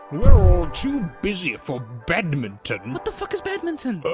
too busy for badminton! what the fuck is badminton? but